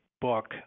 book